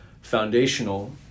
foundational